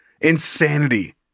insanity